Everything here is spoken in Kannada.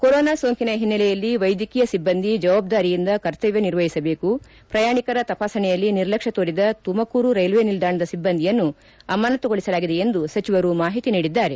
ಕೊರೊನಾ ಸೋಂಕಿನ ಹಿನ್ನೆಲೆಯಲ್ಲಿ ವೈದ್ಯಕೀಯ ಶಿಬ್ಬಂದಿ ಜವಾಬ್ದಾರಿಯಿಂದ ಕರ್ತವ್ಯ ನಿರ್ವಹಿಸಬೇಕು ಪ್ರಯಾಣಿಕರ ತಪಾಸಣೆಯಲ್ಲಿ ನಿರ್ಲಕ್ಷ್ಯ ತೋರಿದ ತುಮಕೂರು ರೈಲ್ವೆ ನಿಲ್ದಾಣದ ಸಿಬ್ಬಂದಿಯನ್ನು ಅಮಾನತುಗೊಳಿಸಲಾಗಿದೆ ಎಂದು ಸಚಿವರು ಮಾಹಿತಿ ನೀಡಿದ್ದಾರೆ